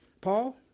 Paul